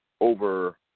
over